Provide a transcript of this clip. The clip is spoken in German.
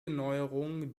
neuerung